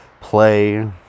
play